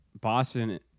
Boston